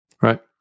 Right